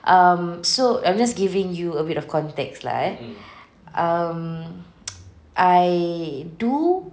um so I'm just giving you a bit of context lah eh um I do